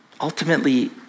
ultimately